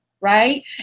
Right